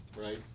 Right